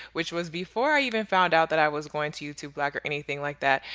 which was before i even found out that i was going to youtube black or anything like that,